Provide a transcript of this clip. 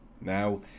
Now